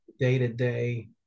day-to-day